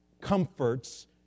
comforts